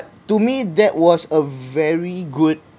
to me that was a very good